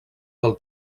del